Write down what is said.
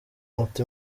ati